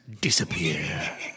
disappear